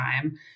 time